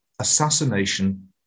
assassination